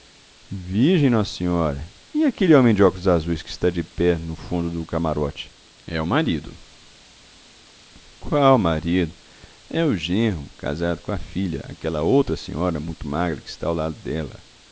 virgem nossa senhora e aquele homem de óculos azuis que está de pé no fundo do camarote é o marido qual marido é o genro casado com a filha aquela outra senhora muito magra que está ao lado dela